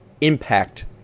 impact